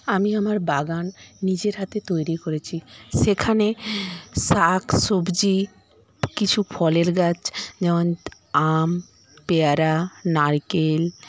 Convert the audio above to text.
আমি আমার বাগান নিজের হাতে তৈরি করেছি সেখানে শাক সবজি কিছু ফলের গাছ যেমন আম পেয়ারা নারকেল